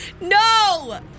No